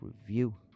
Review